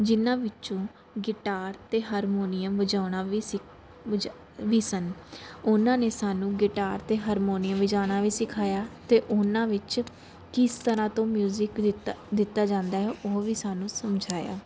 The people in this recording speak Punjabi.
ਜਿਹਨਾਂ ਵਿੱਚੋਂ ਗਿਟਾਰ ਅਤੇ ਹਰਮੋਨੀਅਮ ਵਜਾਉਣਾ ਵੀ ਸਿਖ ਵਜਾ ਵੀ ਸਨ ਉਹਨਾਂ ਨੇ ਸਾਨੂੰ ਗਿਟਾਰ ਅਤੇ ਹਰਮੋਨੀਅਮ ਵਜਾਉਣਾ ਵੀ ਸਿਖਾਇਆ ਅਤੇ ਉਹਨਾਂ ਵਿੱਚ ਕਿਸ ਤਰ੍ਹਾਂ ਤੋਂ ਮਿਊਜ਼ਿਕ ਦਿੱਤਾ ਦਿੱਤਾ ਜਾਂਦਾ ਹੈ ਉਹ ਵੀ ਸਾਨੂੰ ਸਮਝਾਇਆ